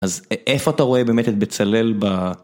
אז איפה אתה רואה באמת את בצלאל ב...